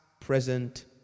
present